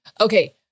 Okay